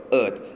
earth